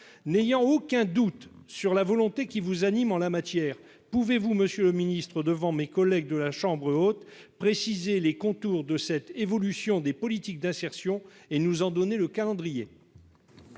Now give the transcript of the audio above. n'ayant aucun doute sur la volonté qui vous anime en la matière, pouvez-vous, Monsieur le Ministre, devant mes collègues de la chambre haute, préciser les contours de cette évolution des politiques d'insertion et nous en donner le calendrier.